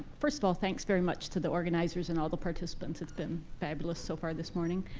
first of all, thanks very much to the organizers and all the participants. it's been fabulous so far this morning.